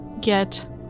get